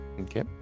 Okay